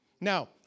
Now